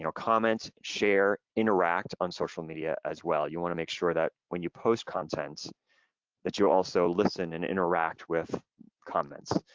and share, interact on social media as well. you wanna make sure that when you post content that you also listen and interact with comments.